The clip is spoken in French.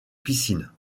piscine